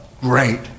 great